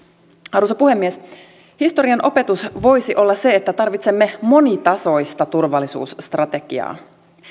arvoisa puhemies historian opetus voisi olla se että tarvitsemme monitasoista turvallisuusstrategiaa